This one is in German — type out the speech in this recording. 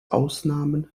ausnahmen